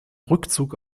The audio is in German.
rückzug